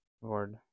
Lord